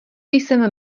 jsem